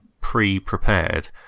pre-prepared